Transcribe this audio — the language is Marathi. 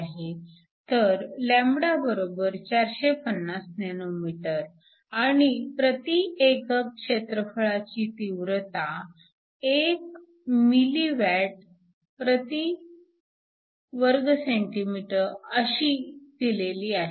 तर λ 450 nm आणि प्रति एकक क्षेत्रफळाची तीव्रता 1 mW cm 2 अशी दिलेली आहे